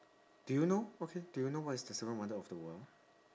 do you know okay do you know what's the seven wonder of the world